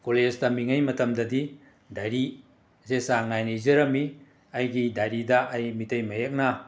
ꯀꯣꯂꯦꯁ ꯇꯝꯃꯤꯉꯩ ꯃꯇꯝꯗꯗꯤ ꯗꯥꯏꯔꯤꯁꯦ ꯆꯥꯡ ꯅꯥꯏꯅ ꯏꯖꯔꯝꯃꯤ ꯑꯩꯒꯤ ꯗꯥꯏꯔꯤꯗ ꯑꯩ ꯃꯤꯇꯩ ꯃꯌꯦꯛꯅ